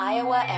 Iowa